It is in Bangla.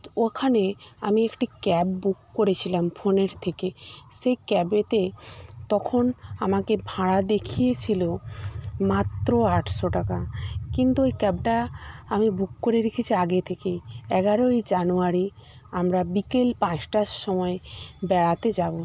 ওখানে আমি একটি ক্যাব বুক করেছিলাম ফোনের থেকে সেই ক্যাবেতে তখন আমাকে ভাড়া দেখিয়েছিল মাত্র আটশো টাকা কিন্তু ওই ক্যাবটা আমি বুক করে রেখেছি আগে থেকেই এগারোই জানুয়ারি আমরা বিকেল পাঁচটার সময় বেড়াতে যাবো